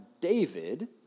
David